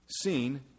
seen